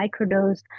microdose